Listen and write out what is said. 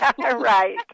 right